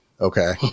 Okay